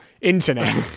internet